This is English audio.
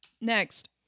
next